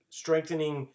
strengthening